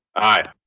aye.